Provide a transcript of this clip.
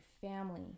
family